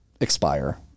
expire